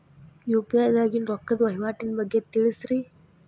UPI ದಾಗಿನ ರೊಕ್ಕದ ವಹಿವಾಟಿನ ಬಗ್ಗೆ ತಿಳಸ್ರಿ